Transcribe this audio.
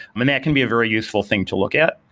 um that can be a very useful thing to look at.